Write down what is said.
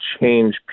change